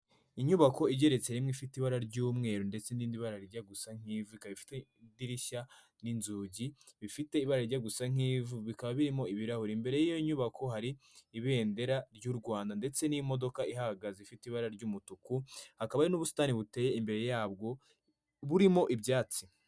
Inyubako igeretse rimwe ifite ibara ry'umweru ndetse n'irindi bara rijya gusa nk'ivu, ikaba ifite idirishya n'inzugi bifite ibara rijya gusa nk'ivu, bikaba birimo ibirahuri. Imbere y'iyo nyubako hari ibendera ry'u Rwanda ndetse n'imodoka ihahagaze ifite ibara ry'umutuku, hakaba hari n'ubusitani buteye imbere yabwo burimo ibyatsi.